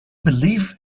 believe